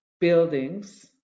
buildings